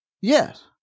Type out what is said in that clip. Yes